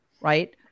right